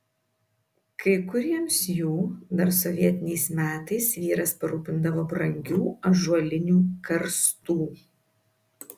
kai kuriems jų dar sovietiniais metais vyras parūpindavo brangių ąžuolinių karstų